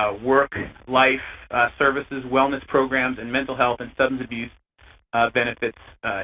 ah work life services, wellness programs, and mental health and substance abuse benefits